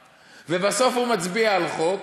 ובסוף הוא מצביע על חוק,